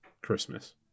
christmas